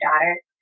daughter